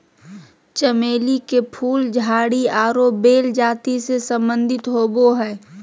चमेली के फूल झाड़ी आरो बेल जाति से संबंधित होबो हइ